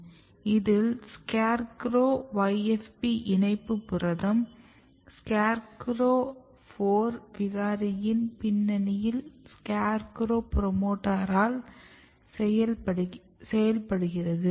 இதில் SCARE CROWYFP இணைப்பு புரதம் SCARE CROW 4 விகாரையின் பின்னணியில் SCARE CROW ப்ரோமோட்டரால் செயல்படுகிறது